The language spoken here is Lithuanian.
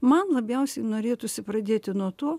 man labiausiai norėtųsi pradėti nuo to